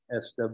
SW